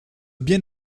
bien